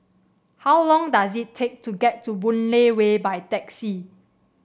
how long does it take to get to Boon Lay Way by taxi